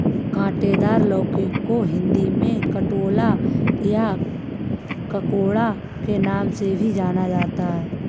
काँटेदार लौकी को हिंदी में कंटोला या ककोड़ा के नाम से भी जाना जाता है